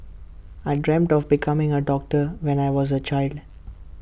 I dreamt of becoming A doctor when I was A child